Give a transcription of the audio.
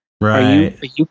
Right